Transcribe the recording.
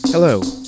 Hello